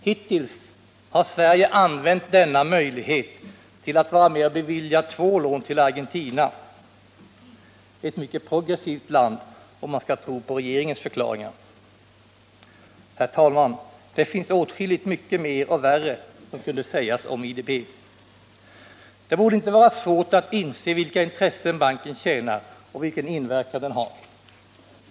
Hittills har Sverige använt denna möjlighet till att vara med och bevilja två lån till Argentina, ett mycket progressivt land om man skall tro på regeringens förklaringar. Herr talman! Det finns åtskilligt mycket mer och värre som kunde sägas om IDB. Det borde inte vara svårt att inse vilka intressen banken tjänar och vilken inverkan den har.